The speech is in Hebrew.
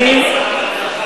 מאיר,